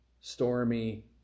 stormy